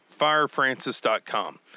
firefrancis.com